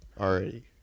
already